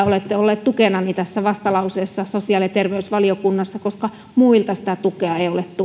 olette olleet tukenani tässä vastalauseessa sosiaali ja terveysvaliokunnassa koska muilta sitä tukea ei ole